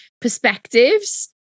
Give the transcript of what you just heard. perspectives